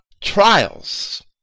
trials